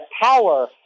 power